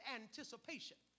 anticipation